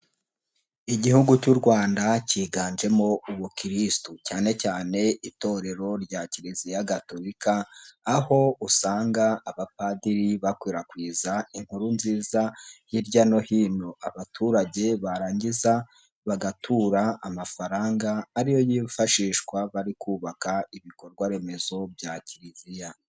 Igihugu cy'u Rwanda cyiganjemo ubukirisitu cyane cyane itorero rya Kiliziya Gatulika aho usanga abapadiri bakwirakwiza inkuru nziza hirya no hino abaturage barangiza bagatura amafaranga ariyo yifashishwa bari kubaka ibikorwa remezo bya kiliziya.